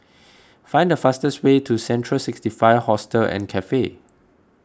find the fastest way to Central sixty five Hostel and Cafe